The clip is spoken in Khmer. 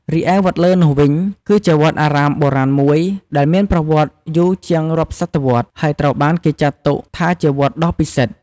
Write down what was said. រីឯ វត្តលើ នោះវិញ គឺជាវត្តអារាមបុរាណមួយដែលមានប្រវត្តិសាស្ត្រយូរជាងរាប់សតវត្សរ៍ ហើយត្រូវបានគេចាត់ទុកថាជាវត្តដ៏ពិសិដ្ឋ ។